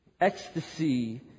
ecstasy